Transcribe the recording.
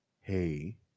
hey